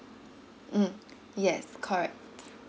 mm yes correct